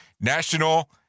National